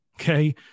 Okay